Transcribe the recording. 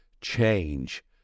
change